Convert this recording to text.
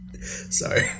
Sorry